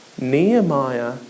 Nehemiah